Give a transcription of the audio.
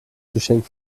geschenk